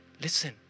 Listen